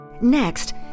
Next